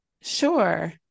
Sure